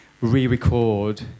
re-record